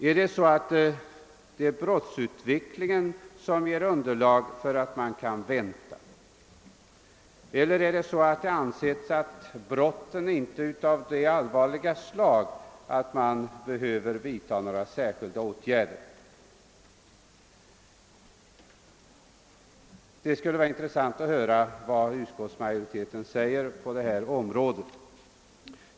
Är det så att brottsutvecklingen ger underlag för att man kan vänta, eller har det ansetts att brotten inte är av så allvarligt slag att man behöver vidta några särskilda åtgärder? Det skulle vara intressant att höra vad utskottsmajoritetens talesman säger om detta.